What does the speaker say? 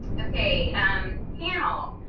okay um panel.